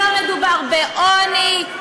לא מדובר בעוני,